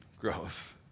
Gross